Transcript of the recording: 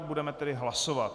Budeme tedy hlasovat.